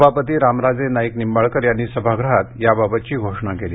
सभापती रामराजे नाईक निंबाळकर यांनी सभागृहात याबाबतची घोषणा केली